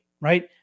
right